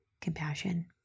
compassion